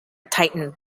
tightened